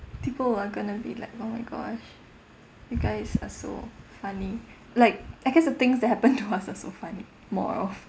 people are going to be like oh my gosh you guys are so funny like I guess the things that happened to us are so funny more of